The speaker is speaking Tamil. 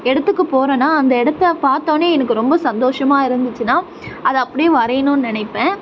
இடத்துக்கு போகறன்னா அந்த இடத்த பார்த்தோன்னே எனக்கு ரொம்ப சந்தோஷமாக இருந்துச்சுன்னா அதை அப்படியே வரையணும்னு நினைப்பேன்